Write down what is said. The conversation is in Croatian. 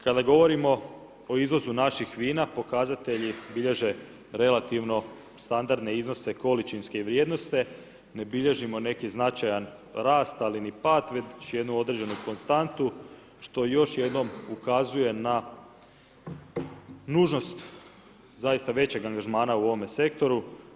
Kada govorimo o izvozu naših vina, pokazatelji bilježe relativno standardne iznose količinske vrijednosti, ne bilježimo neki značajan rast ali ni pad već jednu određenu konstantu što još jedno ukazuje na nužnost zaista većeg angažmana u ovome sektoru.